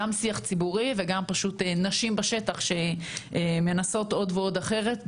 גם שיח ציבורי וגם פשוט נשים בשטח שמנסות עוד ועוד אחרת.